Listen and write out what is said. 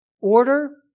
order